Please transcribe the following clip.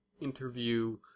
interview